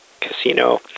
casino